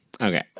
Okay